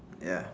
ya